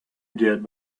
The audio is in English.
did